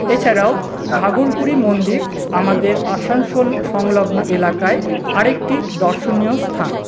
এছাড়াও ঘাঘরবুড়ি মন্দির আমাদের আসানসোল সংলগ্ন এলাকায় আর একটি দর্শনীয় স্থান